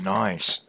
nice